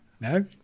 No